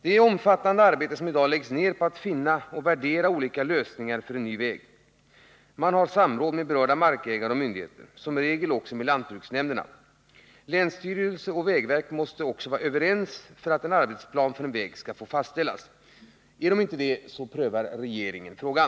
Det är ett omfattande arbete som i dag läggs ner på att finna och utvärdera alternativa lösningar för en ny väg. Samråd sker med berörda markägare och myndigheter, som regel också med lantbruksnämnderna. Länsstyrelse och vägverk måste vidare vara överens för att en arbetsplan för en väg skall få fastställas. I annat fall prövar regeringen frågan.